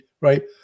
right